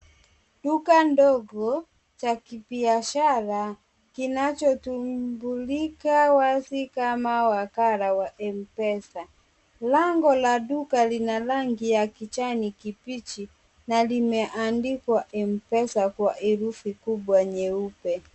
Duka ndogo cha kibiashara kinachotumbulika wazi kama wakala wa Mpesa. Lango la duka lina rangi ya kijani kibichi na limeandikwa Mpesa kwa herufi kubwa nyeupe.